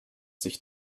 sich